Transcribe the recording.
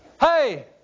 Hey